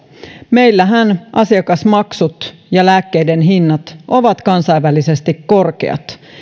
meillähän asiakasmaksut ja lääkkeiden hinnat ovat kansainvälisesti korkeat